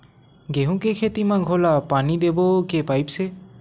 गेहूं के खेती म घोला पानी देबो के पाइप से?